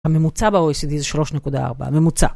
הממוצע באו-אי-סי-די זה 3.4, ממוצע.